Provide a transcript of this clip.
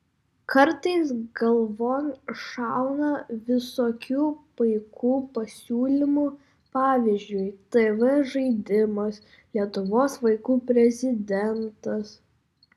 kartais galvon šauna visokių paikų pasiūlymų pavyzdžiui tv žaidimas lietuvos vaikų prezidentas